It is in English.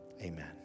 Amen